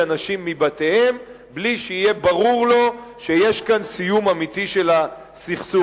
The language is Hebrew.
אנשים מבתיהם בלי שיהיה ברור לו שיש כאן סיום אמיתי של הסכסוך,